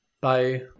Bye